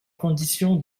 condition